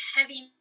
heavy